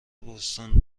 بوستون